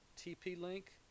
TP-Link